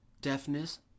deafness